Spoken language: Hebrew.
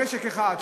במשק אחד,